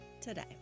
today